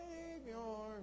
Savior